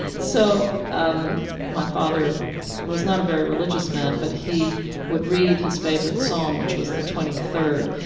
so um my father was not a very religious man, but he would read his favorite psalm, which was the twenty third,